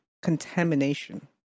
Contamination